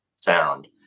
sound